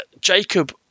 Jacob